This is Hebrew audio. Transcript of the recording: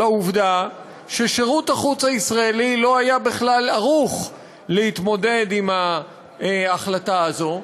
לעובדה ששירות החוץ הישראלי לא היה בכלל ערוך להתמודד עם ההחלטה הזאת,